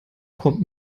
kommt